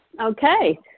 Okay